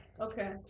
Okay